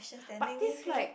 but that's like